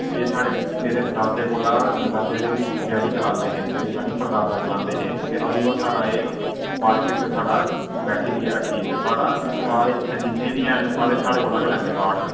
एह् साढ़े मेरे दादे कोला दादे दे बी डैडी चलांदे हे मेरे जानि परदादा चलांदे हे ते अदूं गै साढ़ा ऐ मार्कट च साढ़ा बैठे दी ऐ हट्टी ते साढ़ा सारे इत्थें जिन्ने बी हैन सरे साढ़े कोला गै लैंदे न काठ